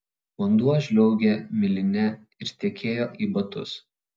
vanduo žliaugė miline ir tekėjo į batus